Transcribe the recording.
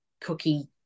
cookie